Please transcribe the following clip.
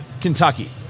Kentucky